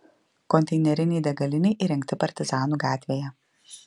konteinerinei degalinei įrengti partizanų gatvėje